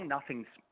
Nothing's